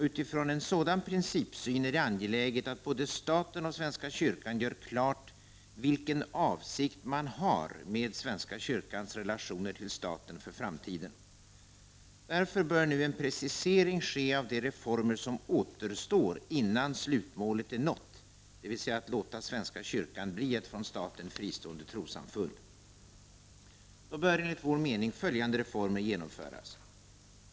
Utifrån en sådan principsyn är det angeläget att både staten och svenska kyrkan gör klart vilken avsikt man har med svenska kyrkans relationer till staten för framtiden. Därför bör nu en precisering ske av de reformer som återstår innan slutmålet är nått, dvs. att låta svenska kyrkan bli ett från staten fristående trossamfund. Enligt vår mening bör följande reformer genomföras.